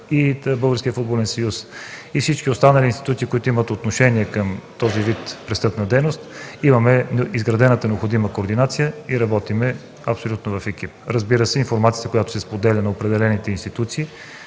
и Българския футболен съюз, и всички останали институции, които имат отношение към този вид престъпна дейност, имаме изградена необходима координация и работим абсолютно в екип. Разбира се, информацията, която се споделя на определените институции,